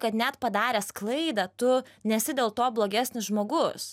kad net padaręs klaidą tu nesi dėl to blogesnis žmogus